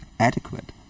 adequate